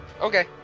Okay